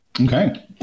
Okay